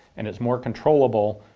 and it's more controllable,